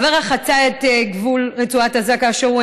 אברה חצה את גבול רצועת עזה כאשר הוא